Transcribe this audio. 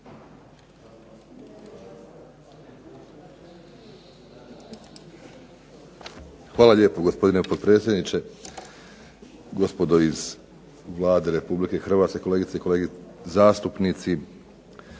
Hvala lijepo gospodine potpredsjedniče, gospodo iz Vlade Republike Hrvatske, kolegice i kolege zastupnici.